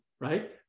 right